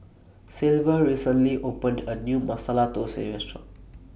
Silver recently opened A New Masala Thosai Restaurant